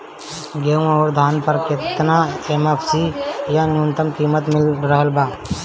गेहूं अउर धान पर केतना एम.एफ.सी या न्यूनतम कीमत मिल रहल बा?